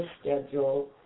schedule